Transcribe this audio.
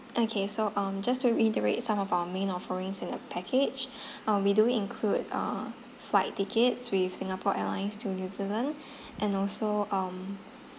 okay so um just to reiterate some of our main offerings in the package um we do include uh flight tickets with singapore airlines to new zealand and also um